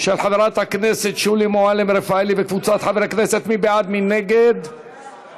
על דעת זה זה עבר ועדת שרים.